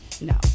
No